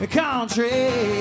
country